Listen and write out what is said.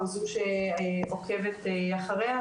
או זו שעוקבת אחריה,